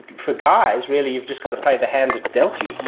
for guys really you've just got to play the hand that is dealt you.